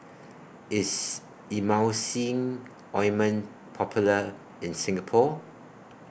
IS Emulsying Ointment Popular in Singapore